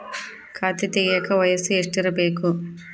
ಖಾತೆ ತೆಗೆಯಕ ವಯಸ್ಸು ಎಷ್ಟಿರಬೇಕು?